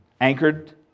anchored